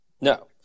no